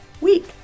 week